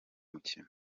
mukino